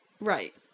Right